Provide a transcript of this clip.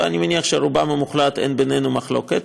ואני מניח שעל רובם המוחלט אין בינינו מחלוקת,